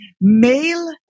male